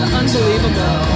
unbelievable